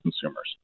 consumers